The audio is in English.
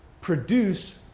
produce